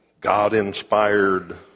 God-inspired